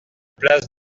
place